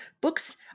Books